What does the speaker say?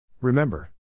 Remember